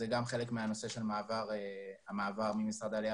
זה גם חלק מהנושא של המעבר ממשרד העלייה